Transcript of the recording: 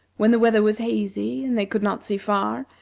when the weather was hazy and they could not see far,